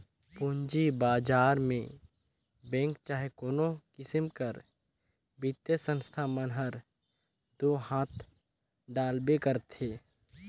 पूंजी बजार में बेंक चहे कोनो किसिम कर बित्तीय संस्था मन हर दो हांथ डालबे करथे